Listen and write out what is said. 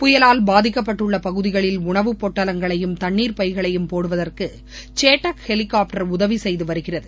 புயலால் பாதிக்கப்பட்டுள்ள பகுதிகளில் உணவுப் பொட்டலங்களையும் தண்ணீர் போடுவதற்கு செட்டாக் ஹெலிகாப்டர் உதவி செய்து வருகிறது